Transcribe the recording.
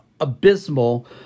abysmal